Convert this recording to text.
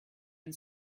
and